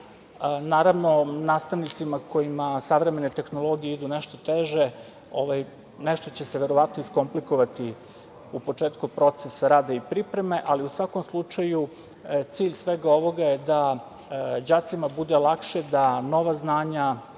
Naravno, nastavnici kojima savremene tehnologije idu nešto teže nešto će se verovatno iskomplikovati u početku proces rada i pripreme, ali u svakom slučaju cilj svega ovoga je da đacima bude lakše da nova znanja